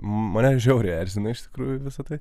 mane žiauriai erzina iš tikrųjų visa tai